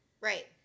Right